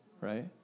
Right